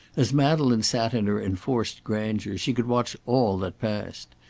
as madeleine sat in her enforced grandeur she could watch all that passed.